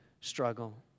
struggle